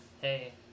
hey